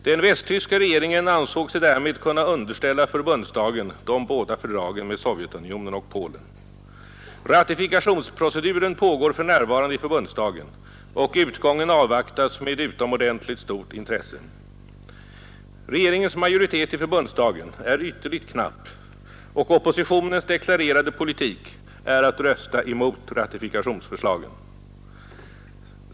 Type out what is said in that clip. Den västtyska regeringen ansåg sig därmed kunna underställa förbundsdagen de båda fördragen med Sovjetunionen och Polen. Ratifikationsproceduren pågår för närvarande i förbundsdagen och utgången avvaktas med utomordentligt stort intresse. Regeringens majoritet i förbundsdagen är ytterligt knapp och oppositionens deklarerade politik är att rösta emot ratifikationsförslagen.